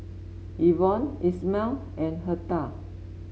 Evon Ismael and Hertha